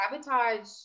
sabotage